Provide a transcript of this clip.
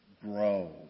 grow